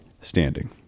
standing